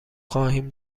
خواهیم